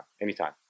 Anytime